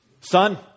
Son